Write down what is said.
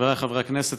חבריי חברי הכנסת,